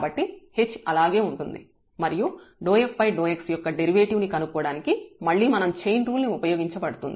కాబట్టి h అలాగే ఉంటుంది మరియు f∂x యొక్క డెరివేటివ్ ను కనుక్కోవడానికి మళ్ళీ చైన్ రూల్ ఉపయోగించబడుతుంది